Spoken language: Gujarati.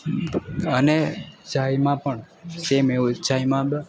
અને ચાઈમાં પણ સેમ એવું ચાઈમાં બી